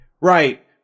right